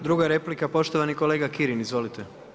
Druga replika poštovani kolega Kirin, izvolite.